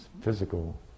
physical